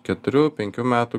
keturių penkių metų